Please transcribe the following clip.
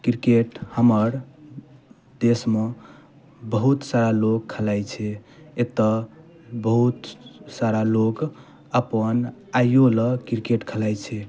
cricket हमर देशमे बहुत सारा लोग खेलाइत छै एतऽ बहुत सारा लोक अपन आयो लऽ क्रिकेट खेलाइत छै